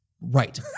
Right